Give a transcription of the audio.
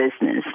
business